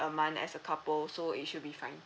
a month as a couple so it should be fine